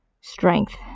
strength